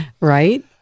Right